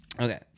Okay